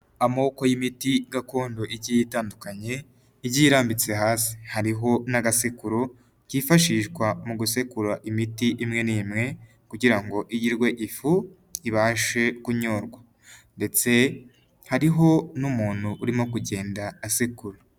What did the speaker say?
Amoko y'imiti gakondo igiye itandukanye irambitse hasi hariho n'agasekururo kifashishwa musekura imiti imwe n'imwe kugira ngo iyirwe ifu ibashe kunyorwa ndetse hariho n'umuntu urimo kugenda asegura.